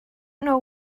know